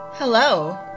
Hello